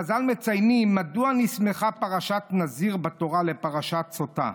חז"ל מציינים מדוע נסמכה פרשת נזיר בתורה לפרשת סוטה,